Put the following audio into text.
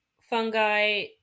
fungi